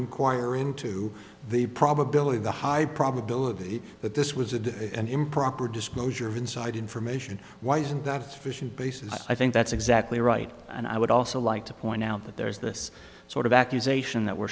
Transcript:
inquire into the probability the high probability that this was a day and improper disclosure of inside information why isn't that sufficient basis i think that's exactly right and i would also like to point out that there is this sort of accusation that we're